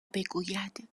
بگوید